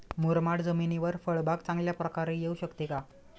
मुरमाड जमिनीवर फळबाग चांगल्या प्रकारे येऊ शकते का?